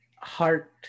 heart